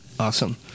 Awesome